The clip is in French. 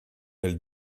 elle